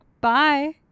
bye